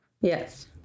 Yes